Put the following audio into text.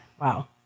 Wow